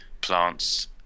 plants